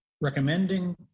recommending